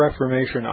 Reformation